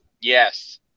yes